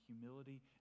humility